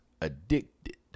Addicted